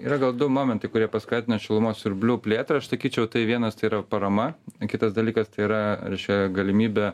yra gal du momentai kurie paskatina šilumos siurblių plėtrą aš sakyčiau tai vienas tai yra parama kitas dalykas tai yra reiškia galimybė